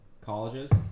Colleges